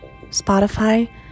spotify